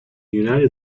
united